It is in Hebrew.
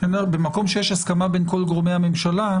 - במקום שיש הסכמה בין כל גורמי הממשלה,